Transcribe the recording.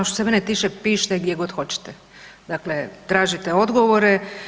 Što se mene tiče pišite gdje god hoćete, dakle tražite odgovore.